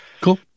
Cool